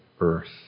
earth